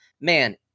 man